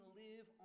live